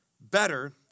better